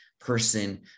person